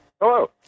Hello